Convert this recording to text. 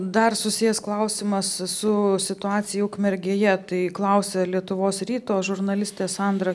dar susijęs klausimas su situacija ukmergėje tai klausia lietuvos ryto žurnalistė sandra